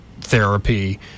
therapy